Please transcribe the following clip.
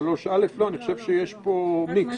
אני חושב שיש פה מיקס.